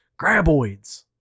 Graboids